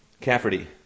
Cafferty